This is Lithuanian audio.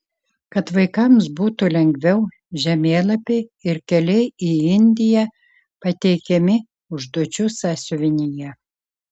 kad vaikams būtų lengviau žemėlapiai ir keliai į indiją pateikiami užduočių sąsiuvinyje